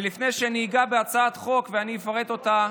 לפני שאני אגע בהצעת החוק ואני אפרט אותה,